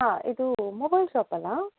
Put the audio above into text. ಹಾಂ ಇದು mobile shop ಅಲ್ಲಾ